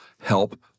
help